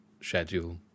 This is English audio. schedule